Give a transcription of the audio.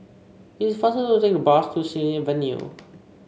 it is faster to take the bus to Xilin Avenue